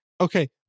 Okay